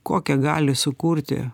kokią gali sukurti